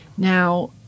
Now